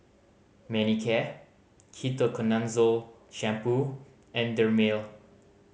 Manicare Ketoconazole Shampoo and Dermale